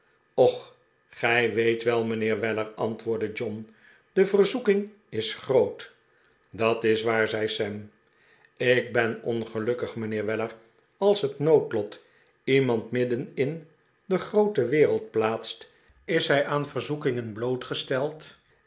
och gij weet wel mijnheer weller antwoordde john de verzoeking is groot dat is waar zei sam ik ben ongelukkig mijnheer weller als het noodlot iemand midden in de groote wereld plaatst is hij aan verzoekingen blootgesteld